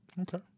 Okay